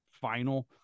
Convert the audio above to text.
final